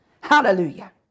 Hallelujah